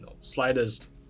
slightest